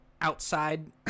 outside